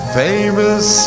famous